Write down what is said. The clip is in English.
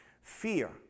Fear